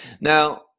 Now